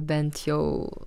bent jau